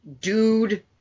dude